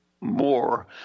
More